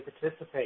participate